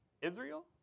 Israel